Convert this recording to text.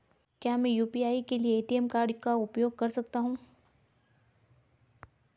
क्या मैं यू.पी.आई के लिए ए.टी.एम कार्ड का उपयोग कर सकता हूँ?